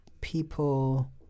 People